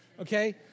Okay